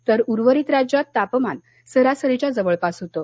तर उर्वरित राज्यात तापमान सरासरीच्या जवळपास होतं